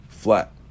flat